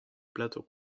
plateau